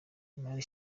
imari